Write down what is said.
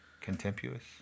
Contemptuous